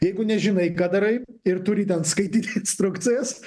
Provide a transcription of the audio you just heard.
jeigu nežinai ką darai ir turi ten skaityt instrukcijas